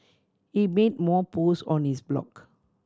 he made more post on his blog